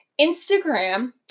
Instagram